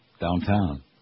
downtown